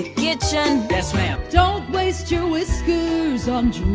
kitchen yes m'am. don't waste your whiskers and